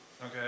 Okay